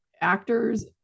actors